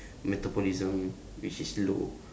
metabolism which is low